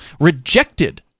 rejected